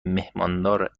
میهماندار